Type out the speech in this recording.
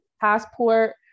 passport